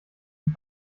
und